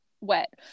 wet